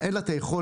אין לה את היכולת,